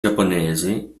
giapponesi